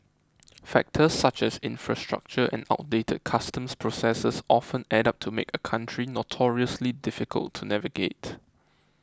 factors such as infrastructure and outdated customs processes often add up to make a country notoriously difficult to navigate